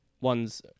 ones